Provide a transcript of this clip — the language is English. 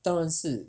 当然是